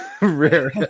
rare